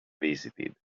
visited